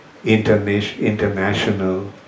international